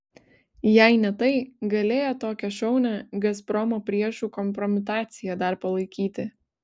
jei ne tai galėjo tokią šaunią gazpromo priešų kompromitaciją dar palaikyti